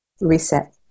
Reset